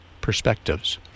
perspectives